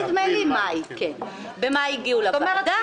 זאת אומרת,